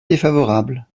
défavorable